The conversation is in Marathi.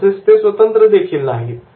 तसेच ते स्वतंत्र देखील नाहीत